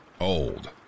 old